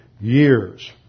years